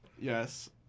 Yes